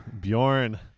Bjorn